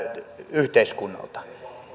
yhteiskunnalta